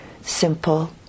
simple